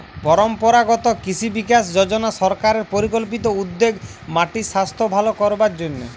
পরম্পরাগত কৃষি বিকাশ যজনা সরকারের পরিকল্পিত উদ্যোগ মাটির সাস্থ ভালো করবার জন্যে